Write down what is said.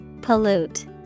Pollute